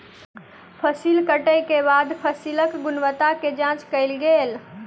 फसिल कटै के बाद फसिलक गुणवत्ताक जांच कयल गेल